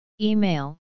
Email